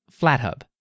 Flathub